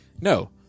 no